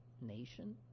nation